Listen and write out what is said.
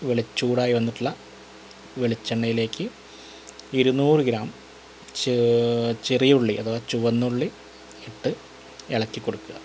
വെളിച്ചെണ്ണ ചൂടായി വന്നിട്ടുള്ള വെളിച്ചെണ്ണയിലേക്ക് ഇരുനൂർ ഗ്രാം ച്ച് ചെറിയുള്ളി അഥവ ചുവന്നുള്ളി ഇട്ട് ഇളക്കി കൊടുക്കുക